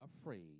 afraid